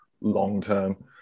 long-term